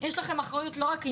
יש לכם אחריות לא רק למנוע,